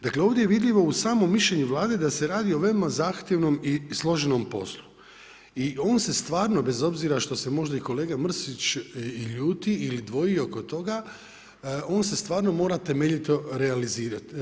Dakle ovdje je vidljivo u samom mišljenju Vlade da se radi o veoma zahtjevom i složenom poslu i on se stvarno bez obzira što se možda i kolega Mrsić i ljuti ili dvoji oko toga, on se stvarno mora temeljito analizirati.